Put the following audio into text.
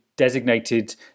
designated